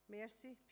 mercy